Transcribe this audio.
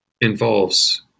involves